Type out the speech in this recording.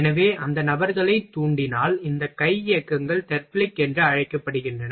எனவே அந்த நபர்களைத் தூண்டினால் இந்த கை இயக்கங்கள் தெர்ப்லிக் என்று அழைக்கப்படுகின்றன